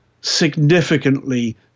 significantly